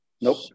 Nope